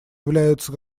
являются